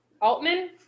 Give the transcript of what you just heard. Altman